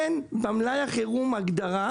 אין במלאי החירום הגדרה